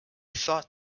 thought